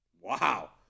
Wow